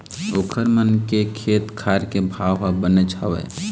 ओखर मन के खेत खार के भाव ह बनेच हवय